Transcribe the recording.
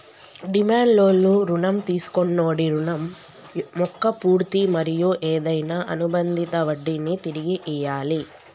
demand లోన్లు రుణం తీసుకొన్నోడి రుణం మొక్క పూర్తి మరియు ఏదైనా అనుబందిత వడ్డినీ తిరిగి ఇయ్యాలి